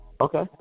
Okay